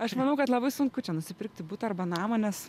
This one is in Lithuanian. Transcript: aš manau kad labai sunku čia nusipirkti butą arba namą nes